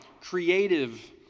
creative